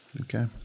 okay